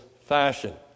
fashion